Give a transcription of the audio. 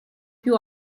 più